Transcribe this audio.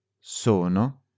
Sono